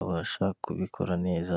abasha kubikora neza.